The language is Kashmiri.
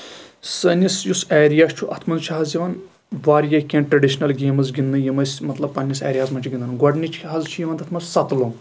سٲنِس یُس ایریا چھُ اَتھ منٛز چھُ حظ یِوان واریاہ کیٚنٛہہ ٹریڈِشنل گیمٔز گنٛدنہٕ یِم أسۍ پَنٕنِس ایریاہَس منٛز چھٕ گنٛدان گۄڈٕنِچ حظ چھٕ یِوان تَتھ منٛز سَتہٕ لوٚنٛگ